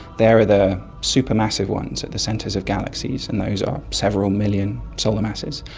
there are the super massive ones at the centres of galaxies, and those are several million solar masses.